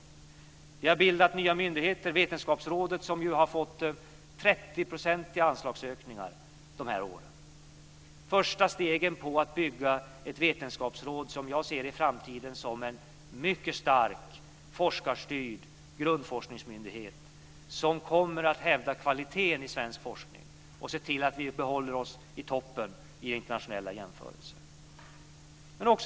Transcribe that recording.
Vi har bildat nya myndigheter. Vetenskapsrådet har fått 30 procentiga anslagsökningar de här åren. Det är första steget till att bygga ett vetenskapsråd som jag ser som en i framtiden mycket stark forskarstyrd grundforskningsmyndighet som kommer att hävda kvaliteten i svensk forskning och se till att vi behåller oss i toppen vid internationella jämförelser.